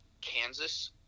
Kansas